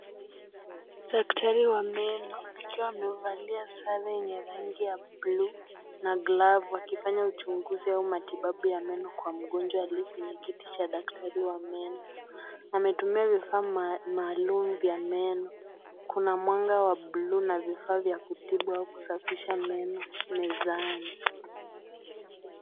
Daktari wa meno, akiwa amevalia sare yenye rangi ya blue na glove ,akifanya uchunguzi au matibabu ya meno kwa mgonjwa, aliye kwenye kiti cha daktari wa meno. Ametumia vifaa maa maalum vya meno. Kuna mwanga wa blue na vifaa vya kutibu au kusafisha meno mezani.